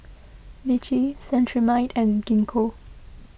Vichy Cetrimide and Gingko